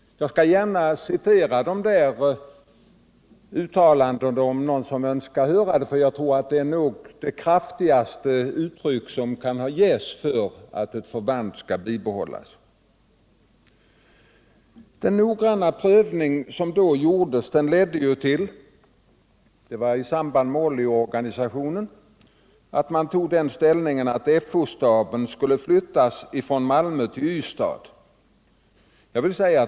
Jag skall gärna citera de uttalandena om någon önskar höra dem, för jag tror att de är de kraftigaste uttryck som kan ha getts för att ett förband skall bibehållas. Den noggranna prövning som gjordes ledde till — det var i samband med OLLI-organisationen — att man tog den ställningen att Fo-staben skulle flyttas från Malmö till Ystad.